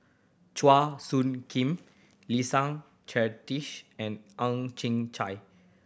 Chua Soo Khim Leslie Charteris and Ang Chin Chai